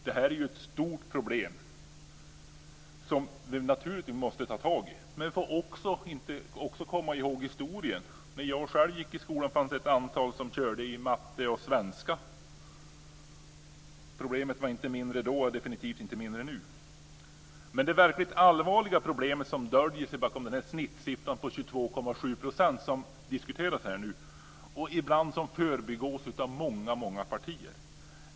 Det är ett stort problem som vi naturligtvis måste ta tag i. Men vi måste också komma ihåg historien. När jag själv gick i skolan fanns ett antal som körde i matte och svenska. Problemet var inte mindre då, och det är definitivt inte mindre nu. Det verkligt allvarliga problemet som döljer sig bakom snittsiffran på 22,7 % som nu diskuteras förbigås ibland av många partier.